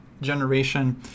generation